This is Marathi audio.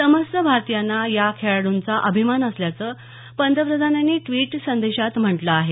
समस्त भारतीयांना या खेळाडूंचा अभिमान असल्याचं पंतप्रधानांनी ड्वीट संदेशात म्हटलं आहे